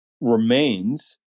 remains